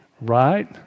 Right